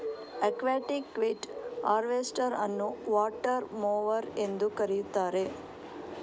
aquatic weed harvester ಅನ್ನುವಾಟರ್ mower ಎಂದೂ ಕರೆಯುತ್ತಾರೆ